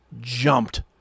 jumped